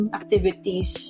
activities